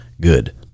Good